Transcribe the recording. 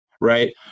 Right